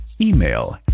Email